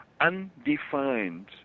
undefined